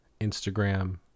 Instagram